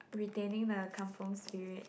retaining the kampung spirit